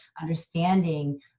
Understanding